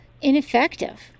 ineffective